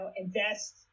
invest